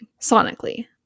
sonically